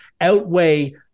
outweigh